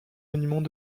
monuments